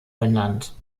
benannt